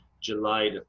July